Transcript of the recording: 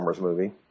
movie